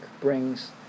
brings